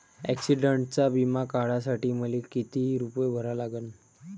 ॲक्सिडंटचा बिमा काढा साठी मले किती रूपे भरा लागन?